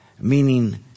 Meaning